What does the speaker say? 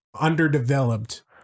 underdeveloped